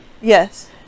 Yes